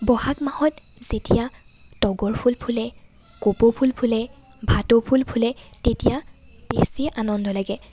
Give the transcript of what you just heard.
ব'হাগ মাহত যেতিয়া তগৰ ফুল ফুলে কপৌ ফুল ফুলে ভাটৌ ফুল ফুলে তেতিয়া বেছি আনন্দ লাগে